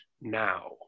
now